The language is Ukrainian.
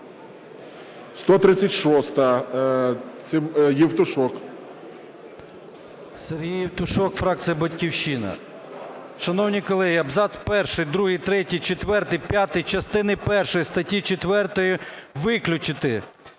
ЄВТУШОК С.М. Сергій Євтушок, фракція "Батьківщина". Шановні колеги, абзац перший, другий, третій, четвертий, п'ятий частини першої статті 4 виключити.